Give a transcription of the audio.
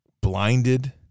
blinded